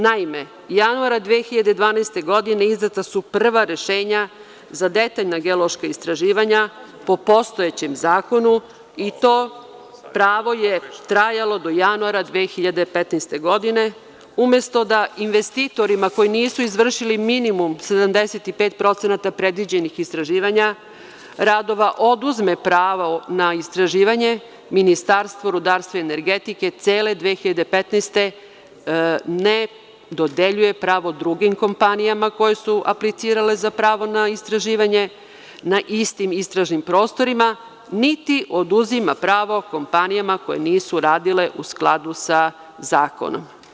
Naime, januara 2012. godine izdata su prva rešenja za detaljna geološka istraživanja, po postojećem zakonu i to pravo je trajalo do januara 2015. godine, umesto da investitorima koji nisu izvršili minimum 75% predviđenih istraživanja radova oduzme pravo na istraživanja, Ministarstvo rudarstva i energetike cele 2015. godine ne dodeljuje pravo drugim kompanijama koje su aplicirale za pravo na istraživanje na istim istražim prostorima, niti oduzima pravo kompanijama koje nisu radile u skladu sa zakonom.